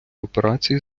операції